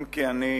אם כי אני,